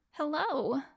Hello